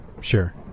sure